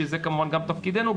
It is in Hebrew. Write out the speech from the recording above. שזה כמובן גם תפקידנו,